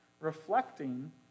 reflecting